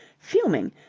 fuming,